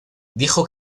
dijo